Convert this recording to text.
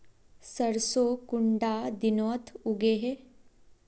सरसों कुंडा दिनोत उगैहे?